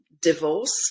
divorce